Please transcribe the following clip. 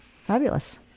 fabulous